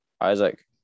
Isaac